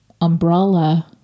umbrella